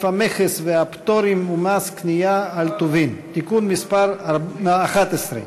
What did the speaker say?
המכס והפטורים ומס קנייה על טובין (תיקון מס' 11),